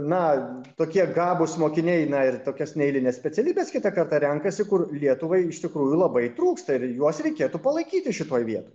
na tokie gabūs mokiniai na ir tokias neeilines specialybes kitą kartą renkasi kur lietuvai iš tikrųjų labai trūksta ir juos reikėtų palaikyti šitoj vietoj